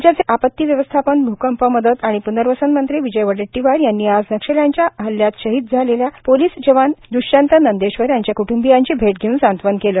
राज्याचे आपती व्यवस्थापन भ्रकंप मदत व प्नर्वसन मंत्री विजय वडेट्टीवार यांनी आज नक्षल्यांच्या हल्ल्यात शहीद झालेला पोलिस जवान दृष्यंत नंदेश्वर याच्या कुटुंबीयांची भेट घेऊन सांत्वन केले